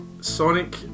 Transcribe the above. Sonic